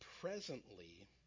presently